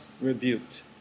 rebuked